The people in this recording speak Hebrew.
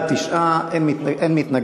בעד 9, אין מתנגדים.